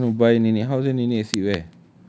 so what he wants to buy nenek house then nenek sit where